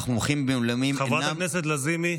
חברת הכנסת לזימי.